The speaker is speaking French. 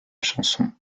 chanson